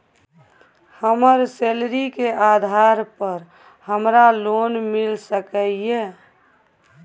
हमर सैलरी के आधार पर हमरा लोन मिल सके ये?